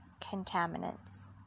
contaminants